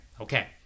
Okay